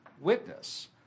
witness